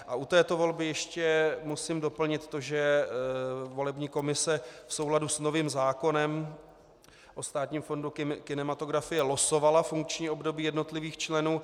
U této volby ještě musím doplnit to, že volební komise v souladu s novým zákonem o Státním fondu kinematografie losovala funkční období jednotlivých členů.